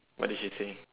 what did she say